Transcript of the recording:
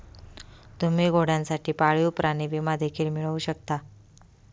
तुम्ही घोड्यांसाठी पाळीव प्राणी विमा देखील मिळवू शकता